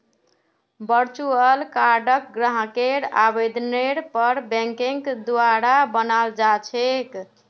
virtual कार्डक ग्राहकेर आवेदनेर पर बैंकेर द्वारा बनाल जा छेक